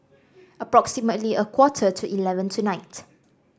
approximately a quarter to eleven tonight